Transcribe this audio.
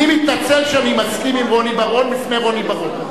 אני מתנצל שאני מסכים עם רוני בר-און בפני רוני בר-און.